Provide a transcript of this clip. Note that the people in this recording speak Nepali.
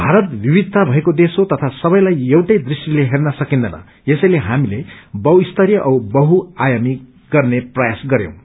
भारत विविधता भएको देश हो तथा सबैलाई एउटै दृढिटले हेर्न सकिन्दैन यसैले हामीले बहुस्तरीय औ बहुआयमी गर्ने प्रयास गर्यौं